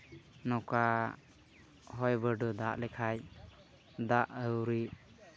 ᱱᱚᱝᱠᱟ ᱦᱚᱭ ᱵᱟᱹᱨᱰᱩ ᱫᱟᱜ ᱞᱮᱠᱷᱟᱡ ᱫᱟᱜ ᱟᱹᱣᱨᱤ